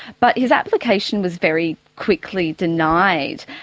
but his application was very quickly denied.